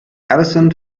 allison